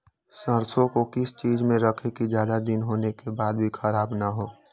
सरसो को किस चीज में रखे की ज्यादा दिन होने के बाद भी ख़राब ना हो?